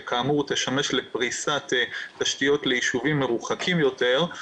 שכאמור תשמש לפריסת תשתיות ליישובים מרוחקים יותר,